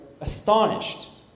astonished